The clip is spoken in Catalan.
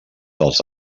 dels